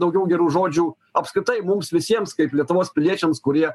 daugiau gerų žodžių apskritai mums visiems kaip lietuvos piliečiams kurie